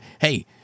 Hey